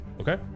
okay